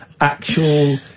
actual